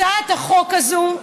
הצעת החוק הזו,